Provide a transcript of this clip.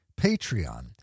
Patreon